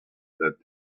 that